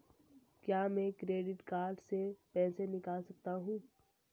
क्या मैं credit card से पैसे निकाल सकता हूँ?